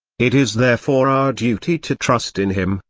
it is therefore our duty to trust in him,